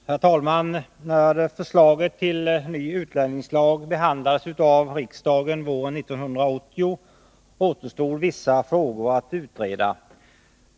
Herr talman! När förslaget till ny utlänningslag behandlades av riksdagen våren 1980 återstod vissa frågor att utreda.